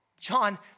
John